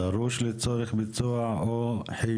בכפוף להוראות לפי כל דין.